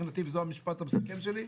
זה המשפט המסכם שלי,